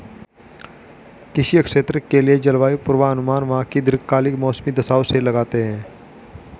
किसी क्षेत्र के लिए जलवायु पूर्वानुमान वहां की दीर्घकालिक मौसमी दशाओं से लगाते हैं